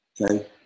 Okay